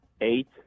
eight